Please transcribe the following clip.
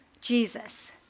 Jesus